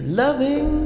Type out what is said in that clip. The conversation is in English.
loving